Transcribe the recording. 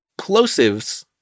Plosives